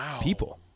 people